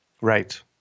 Right